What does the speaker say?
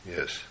Yes